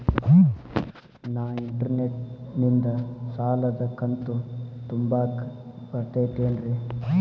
ನಾ ಇಂಟರ್ನೆಟ್ ನಿಂದ ಸಾಲದ ಕಂತು ತುಂಬಾಕ್ ಬರತೈತೇನ್ರೇ?